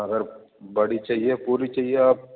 اگر بڑی چاہیے پوری چاہیے آپ